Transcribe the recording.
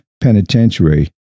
Penitentiary